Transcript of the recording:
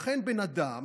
לכן, בן אדם